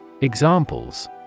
Examples